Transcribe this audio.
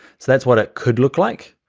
so that's what it could look like.